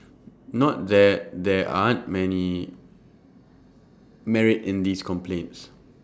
not that there aren't many merit in these complaints